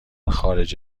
خارج